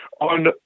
On